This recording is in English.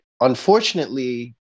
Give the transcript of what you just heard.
unfortunately